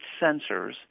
sensors